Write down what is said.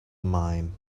mind